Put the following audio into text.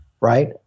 Right